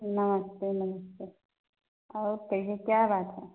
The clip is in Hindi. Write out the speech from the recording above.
नमस्ते नमस्ते और कहिए क्या बात है